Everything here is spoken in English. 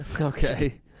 Okay